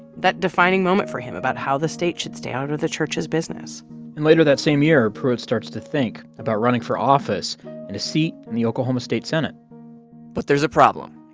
that defining moment for him about how the state should stay out of the church's business and later that same year, pruitt starts to think about running for office and a seat in the oklahoma state senate but there's a problem.